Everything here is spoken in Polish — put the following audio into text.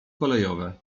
kolejowe